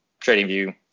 TradingView